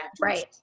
right